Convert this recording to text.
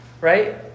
right